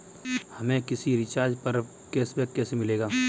हमें किसी रिचार्ज पर कैशबैक कैसे मिलेगा?